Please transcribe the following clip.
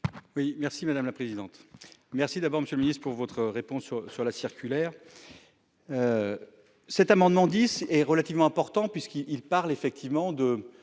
Oui merci madame la présidente. Merci d'abord Monsieur le Ministre pour votre réponse sur la circulaire. Cet amendement 10 est relativement important puisqu'il il parle effectivement de